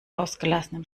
ausgelassenem